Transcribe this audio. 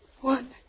one